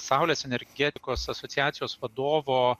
saulės energetikos asociacijos vadovo